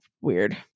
weird